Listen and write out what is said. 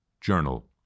journal